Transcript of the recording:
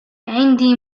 عندي